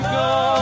go